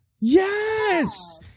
yes